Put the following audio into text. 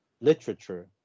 literature